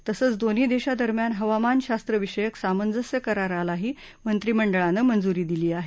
तसंच दोन्ही देशांदरम्यान हवामानशास्त्रविषयक सामंजस्य करारालाही मंत्रिमंडळानं मंजुरी दिली आहे